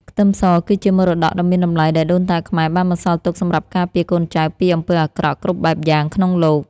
ខ្ទឹមសគឺជាមរតកដ៏មានតម្លៃដែលដូនតាខ្មែរបានបន្សល់ទុកសម្រាប់ការពារកូនចៅពីអំពើអាក្រក់គ្រប់បែបយ៉ាងក្នុងលោក។